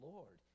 Lord